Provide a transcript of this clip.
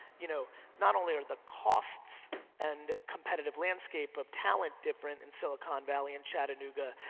you know not only are the costs and competitive landscape of talent different in silicon valley and chattanooga,